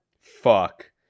Fuck